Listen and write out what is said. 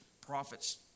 prophets